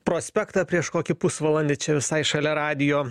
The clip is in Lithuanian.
prospektą prieš kokį pusvalandį čia visai šalia radijo